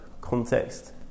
context